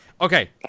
okay